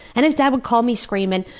and his dad would call me screaming,